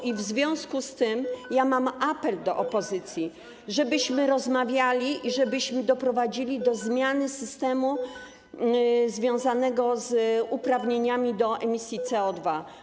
I w związku z tym mam apel do opozycji, żebyśmy rozmawiali i żebyśmy doprowadzili do zmiany systemu związanego z uprawnieniami do emisji CO2.